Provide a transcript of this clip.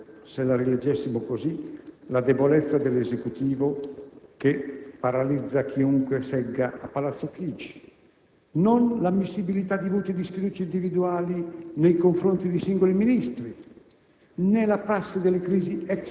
non vi troveremmo, se la rileggessimo così, la debolezza dell'Esecutivo che paralizza chiunque segga a Palazzo Chigi, non l'ammissibilità di voti di sfiducia individuali nei confronti di singoli Ministri,